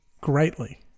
greatly